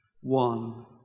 one